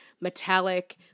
metallic